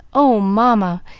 oh, mamma,